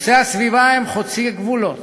נושאי הסביבה הם חוצי-גבולות.